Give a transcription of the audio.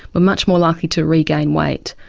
were much more likely to regain weight.